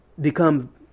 become